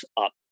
up